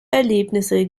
erlebnisse